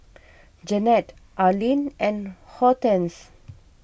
Jennette Arlyn and Hortense